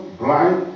blind